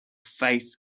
faith